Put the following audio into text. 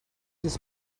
this